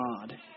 God